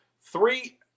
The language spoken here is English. Three